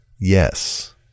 Yes